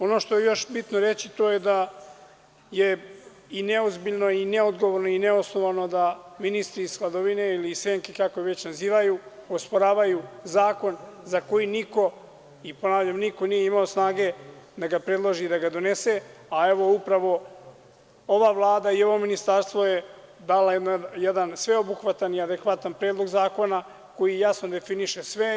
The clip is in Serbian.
Ono što je još bitno reći to je da je neozbiljno i neodgovorno i neosnovano da ministri iz hladovine ili senke kako ih već nazivaju osporavaju zakonza koji niko i ponavljam niko nije imao snage da ga predloži i da ga donese, a evo upravo ova vlada i ovo ministarstvo je dalo jedan sveobuhvatan adekvatan predlog zakona koji jasno definiše sve.